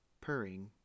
purring